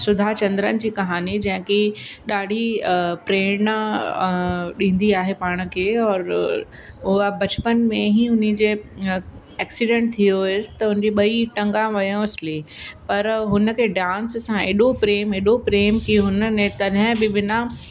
सुधा चंद्रनि जी कहानी जेकी ॾाढी प्रेरणा ॾींदी आहे पाण खे और उहा बचपन में ई उन्हीअ जे एक्सीडेंट थी वियो हुअसि त हुनजी ॿई टंगा वियसि हली पर हुनखे डांस सां हेॾो प्रेम हेॾो प्रेम कि हुननि तॾहिं बि बिना